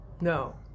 No